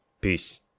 Peace